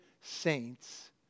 saints